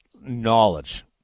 knowledge